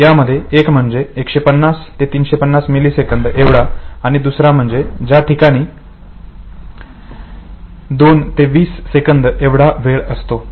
यामध्ये एक म्हणजे 150 ते 350 मिली सेकंद एवढा वेळ आणि दुसरा म्हणजे ज्या ठिकाणी दोन ते वीस सेकंद एवढा वेळ असतो